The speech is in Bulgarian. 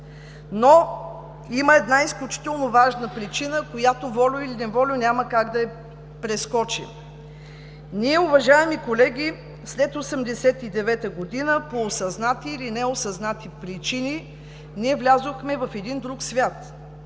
обаче една изключително важна причина, която, волю или неволю, няма как да я прескочим. Уважаеми колеги, след 1989 г. – по осъзнати или неосъзнати причини, ние влязохме в един друг свят.